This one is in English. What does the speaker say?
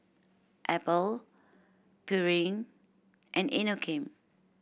Apple Pureen and Inokim